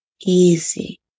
Easy